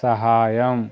సహాయం